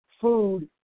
food